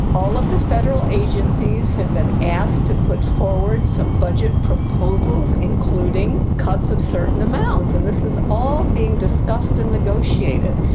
all of the federal agencies have been asked to put forward some budget proposals, including cuts of certain amounts, and this is all being discussed and negotiated.